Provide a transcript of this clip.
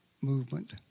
movement